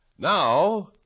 Now